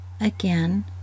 Again